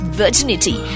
virginity